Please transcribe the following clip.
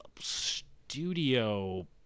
studio